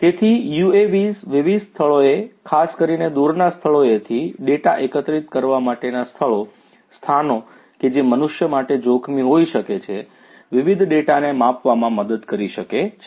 તેથી UAVs વિવિધ સ્થળોએ ખાસ કરીને દૂરના સ્થળોએથી ડેટા એકત્રિત કરવા માટેના સ્થળો સ્થાનો કે જે મનુષ્ય માટે જોખમી હોઈ શકે છે વિવિધ ડેટાને માપવામાં મદદ કરી શકે છે